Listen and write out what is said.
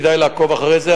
כדאי לעקוב אחרי זה,